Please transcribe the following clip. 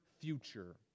future